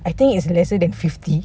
I think it's lesser than fifty